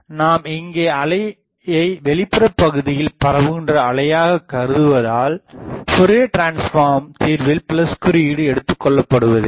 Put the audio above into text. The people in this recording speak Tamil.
நாம் இங்கே அலையை வெளிப்புற பகுதியில் பரவுகின்ற அலையாகக் கருதுவதால் ஃப்போரியர் டிரான்ஸ்ஃபார்ம் தீர்வில் குறியீடு எடுத்துக்கொள்ளப்படுவதில்லை